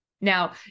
Now